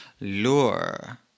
lure